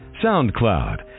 SoundCloud